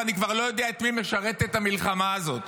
ואני כבר לא יודע את מי משרתת המלחמה הזאת.